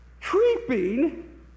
creeping